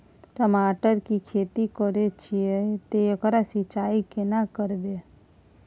टमाटर की खेती करे छिये ते एकरा सिंचाई केना करबै?